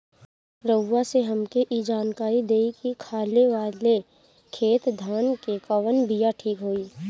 रउआ से हमके ई जानकारी देई की खाले वाले खेत धान के कवन बीया ठीक होई?